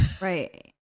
Right